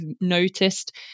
noticed